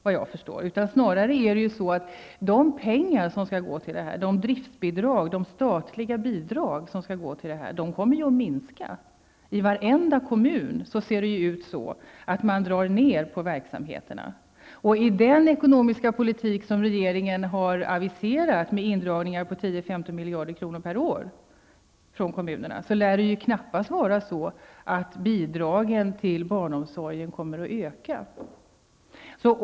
Vad jag förstår är det snarare så att de pengar som skall gå till detta, driftsbidragen och de statliga bidragen, kommer att minska. Man drar ju ner på verksamheten i varenda kommun. I den ekonomiska politik som regeringen har aviserat, med indragningar på 10--15 miljarder kronor per år från kommunerna, lär det knappast vara så att bidragen till barnomsorgen kommer att öka.